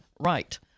right